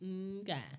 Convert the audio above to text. Okay